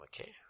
Okay